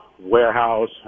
warehouse